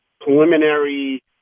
preliminary